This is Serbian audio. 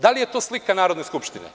Da li je to slika Narodne Skupštine?